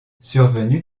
survenue